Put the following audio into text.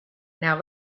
now